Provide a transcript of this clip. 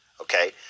okay